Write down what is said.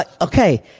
Okay